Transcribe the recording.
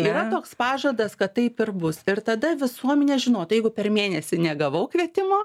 yra toks pažadas kad taip ir bus ir tada visuomenė žinotų jeigu per mėnesį negavau kvietimo